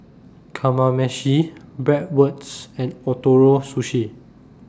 Kamameshi Bratwurst and Ootoro Sushi